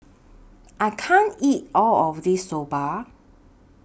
I can't eat All of This Soba